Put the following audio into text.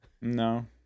No